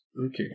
Okay